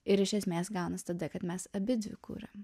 ir iš esmės gaunas tada kad mes abidvi kuriam